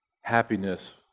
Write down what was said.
happiness